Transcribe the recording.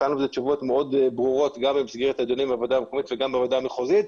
תשובות מאוד ברורות גם במסגרת דיוני הוועדה המקומית וגם בוועדה המחוזית.